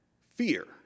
Fear